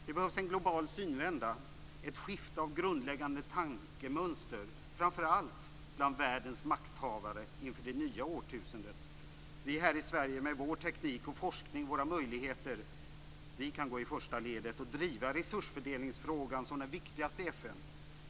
Det behövs en global synvända, ett skifte av grundläggande tankemönster framför allt bland världens makthavare inför det nya årtusendet. Vi här i Sverige med vår teknik, med vår forskning och våra möjligheter kan gå i första ledet och driva resursfördelningsfrågan som den viktigaste frågan i FN.